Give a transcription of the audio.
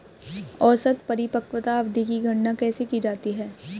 औसत परिपक्वता अवधि की गणना कैसे की जाती है?